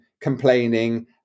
complaining